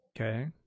Okay